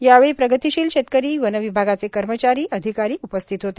यावेळी प्रगतिशील शेतकरी वनविभागचे कर्मचारी अधिकारी उपस्थित होते